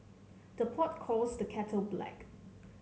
the pot calls the kettle black